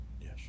Yes